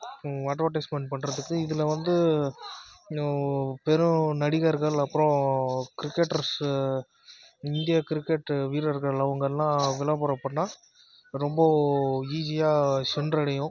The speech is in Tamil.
அட்வடைஸ்மென்ட் பண்ணுறதுக்கு இதில் வந்து பெரும் நடிகர்கள் அப்புறம் கிரிக்கெட்டர்ஸு இந்திய கிரிக்கெட்டு வீரர்கள் அவங்களெலாம் விளம்பரம் பண்ணிணா ரொம்ப ஈசியாக சென்றடையும்